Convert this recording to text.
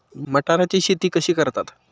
मटाराची शेती कशी करतात?